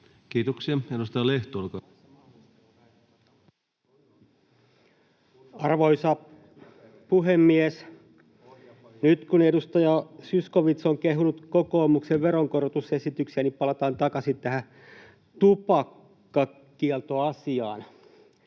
muuttamisesta Time: 15:33 Content: Arvoisa puhemies! Nyt kun edustaja Zyskowicz on kehunut kokoomuksen veronkorotusesityksiä, niin palataan takaisin tähän tupakkakieltoasiaan.